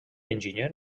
enginyer